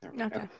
Okay